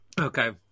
Okay